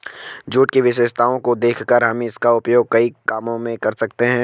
jute की विशेषताओं को देखकर हम इसका उपयोग कई कामों में कर सकते हैं